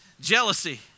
Jealousy